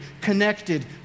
connected